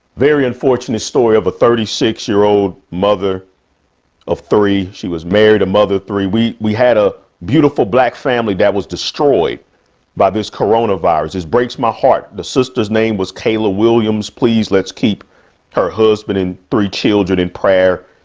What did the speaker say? very unfortunate story of a thirty six year old mother of three. she was married a mother. three weeks. we had a beautiful black family that was destroyed by this corona virus is breaks my heart. the sister's name was kayla williams. please let's keep her husband and three children in prayer.